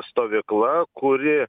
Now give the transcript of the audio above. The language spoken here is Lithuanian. stovykla kuri